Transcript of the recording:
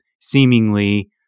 seemingly